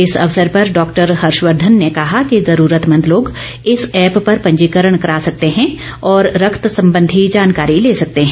इस अवसर पर डॉक्टर हर्षवर्धन ने कहा कि जरूरतमंद लोग इस ऐप पर पंजीकरण करा सकते हैं और रक्त संबधी जानकारी ले सकते हैं